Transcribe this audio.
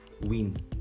win